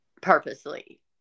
purposely